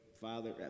father